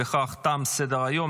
בכך תם סדר-היום.